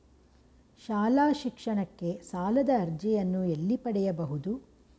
ಶಾಲಾ ಶಿಕ್ಷಣಕ್ಕೆ ಸಾಲದ ಅರ್ಜಿಯನ್ನು ಎಲ್ಲಿ ಪಡೆಯಬಹುದು?